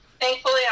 thankfully